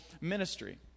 ministry